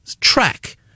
track